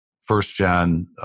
first-gen